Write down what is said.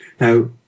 Now